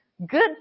Good